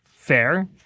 fair